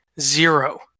zero